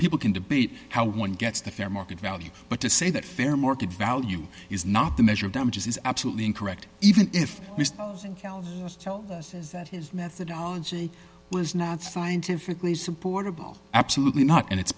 people can debate how one gets the fair market value but to say that fair market value is not the measure of damages is absolutely incorrect even if mister says that his methodology was not scientifically supportable absolutely not and it's